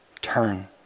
turn